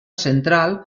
central